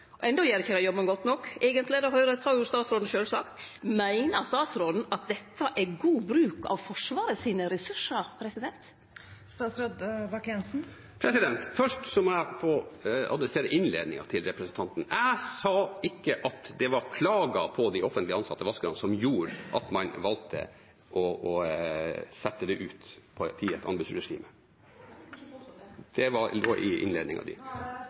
jobben godt nok. Det har statsråden sjølv sagt. Meiner statsråden at dette er god bruk av Forsvarets ressursar? Først må jeg få adressere innledningen til representanten. Jeg sa ikke at det var klager på de offentlig ansatte vaskerne som gjorde at man valgte å sette det ut i et anbudsregime. Nei, eg har ikkje påstått det. Det lå i innledningen til representanten. Det er fortsatt presidenten som styrer ordet. President! Det lå i